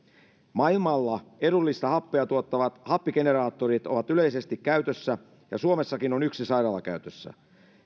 edullista happea tuottavat happigeneraattorit ovat maailmalla yleisesti käytössä ja suomessakin on yksi sairaalakäytössä